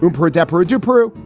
and poor adepero your proof.